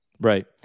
Right